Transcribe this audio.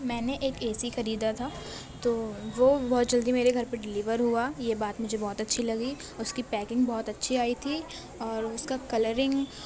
میں نے ایک اے سی خریدا تھا تو وہ بہت جلدی میرے گھر پر ڈیلیور ہوا یہ بات مجھے بہت اچھی لگی اس کی پیکنگ بہت اچھی آئی تھی اور اس کا کلرنگ